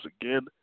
again